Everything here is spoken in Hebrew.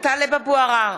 טלב אבו עראר,